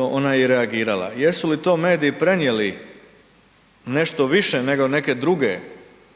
ona je i reagirala. Jesu li to mediji prenijeli nešto više nego neke druge